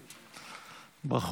ברכות.